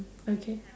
okay